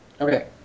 Okay